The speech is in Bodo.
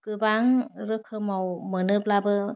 गोबां रोखोमाव मोनोब्लाबो